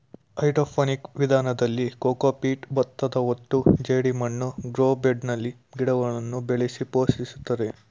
hydroponic ವಿಧಾನದಲ್ಲಿ cocopeat, ಭತ್ತದಹೊಟ್ಟು ಜೆಡಿಮಣ್ಣು ಗ್ರೋ ಬೆಡ್ನಲ್ಲಿ ಗಿಡಗಳನ್ನು ಬೆಳೆಸಿ ಪೋಷಿಸುತ್ತಾರೆ